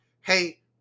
hey